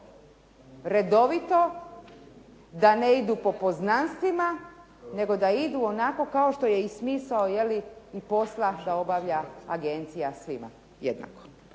redovito, da ne idu po poznanstvima nego da idu onako kao što je i smisao i posla da obavlja agencija svima jednako.